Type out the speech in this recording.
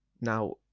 now